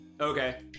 Okay